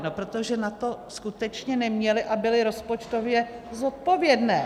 No protože na to skutečně neměly a byly rozpočtově zodpovědné.